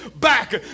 back